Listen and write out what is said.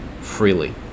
freely